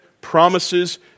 promises